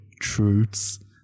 truths